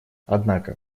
однако